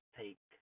take